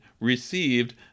received